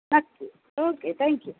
नक्की okay thank you